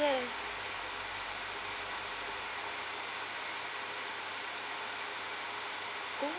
yes oh